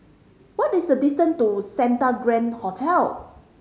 what is a distance to Santa Grand Hotel